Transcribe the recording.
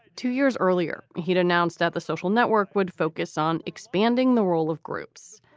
two years earlier, he'd announced that the social network would focus on expanding the role of groups.